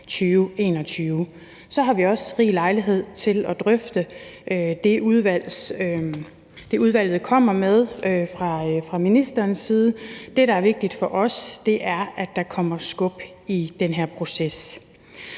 så har vi også rig lejlighed til at drøfte det, udvalget kommer med, med ministeren. Det, der er vigtigt for os, er, at der kommer skub i den her proces,